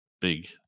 big